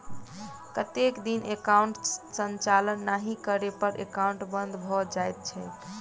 कतेक दिन एकाउंटक संचालन नहि करै पर एकाउन्ट बन्द भऽ जाइत छैक?